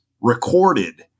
recorded